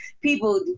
People